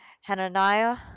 Hananiah